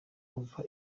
kuva